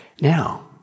Now